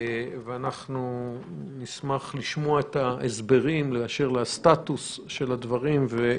אנחנו נשמח לשמוע את ההסדרים באשר לסטטוס של הדברים והסיבות.